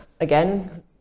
again